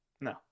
No